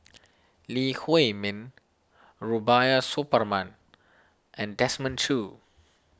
Lee Huei Min Rubiah Suparman and Desmond Choo